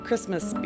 Christmas